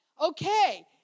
Okay